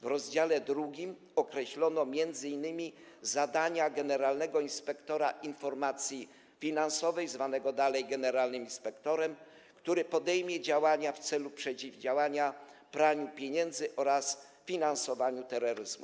W rozdziale 2 określono m.in. zadania generalnego inspektora informacji finansowej, zwanego dalej generalnym inspektorem, który podejmuje działania w celu przeciwdziałania praniu pieniędzy oraz finansowaniu terroryzmu.